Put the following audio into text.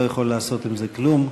לא יכול לעשות עם זה כלום,